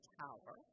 tower